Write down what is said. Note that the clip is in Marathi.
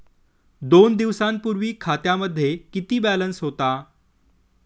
दोन दिवसांपूर्वी खात्यामध्ये किती बॅलन्स होता?